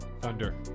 Thunder